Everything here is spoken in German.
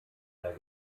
der